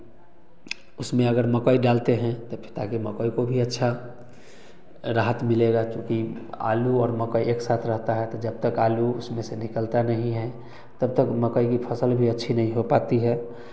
उसमें अगर मकई डालते हैं तो फिर ताकि मकई को भी अच्छा राहत मिलेगा क्योंकि आलू और मकई एक साथ रहता है जब तक आलू उसमें से निकलता नहीं है तब तक मकई की फ़सल भी अच्छी नहीं हो पाती है